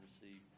receive